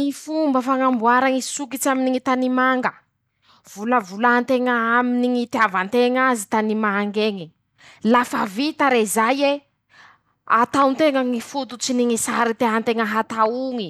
Ñy fomba fañamboara ñy sokitsy aminy ñy tany manga: -Volavolàn-teña aminy ñ'itiava nteña azy tany mang'eñy; lafa vita rezay e, atao nteña ñy fototsy ny ñy sary tea nteña hataoñy,